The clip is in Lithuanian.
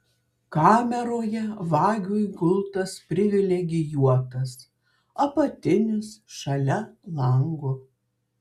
kameroje vagiui gultas privilegijuotas apatinis šalia lango